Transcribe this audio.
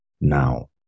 Now